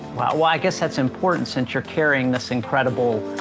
wow, well, i guess that's important since you're carrying this incredible,